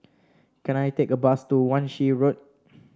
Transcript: can I take a bus to Wan Shih Road